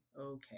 okay